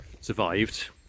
survived